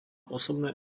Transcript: osobné